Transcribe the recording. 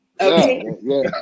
okay